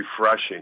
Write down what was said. refreshing